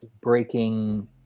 breaking